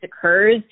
occurs